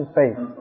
faith